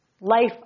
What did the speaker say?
Life